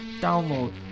Download